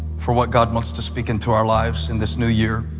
for what god wants to speak into our lives in this new year.